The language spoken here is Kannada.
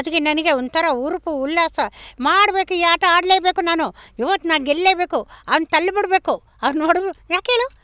ಅದಕ್ಕೆ ನನಗೆ ಒಂಥರ ಹುರುಪು ಉಲ್ಲಾಸ ಮಾಡಬೇಕು ಈ ಆಟ ಆಡಲೇಬೇಕು ನಾನು ಇವತ್ತು ನಾನು ಗೆಲ್ಲಬೇಕು ಅವನ್ನ ತಳ್ಳಿ ಬಿಡಬೇಕು ಅವನ್ನ ಹೊಡ್ದು ಯಾಕೇಳು